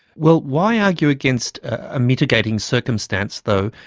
well, why argue against a mitigating circumstance, though,